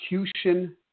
execution